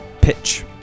pitch